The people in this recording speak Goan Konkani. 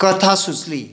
कथा सुचली